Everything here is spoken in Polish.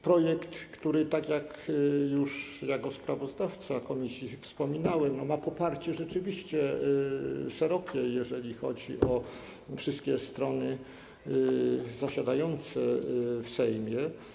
Projekt, o czym już jako sprawozdawca komisji wspominałem, ma poparcie rzeczywiście szerokie, jeżeli chodzi o wszystkie strony zasiadające w Sejmie.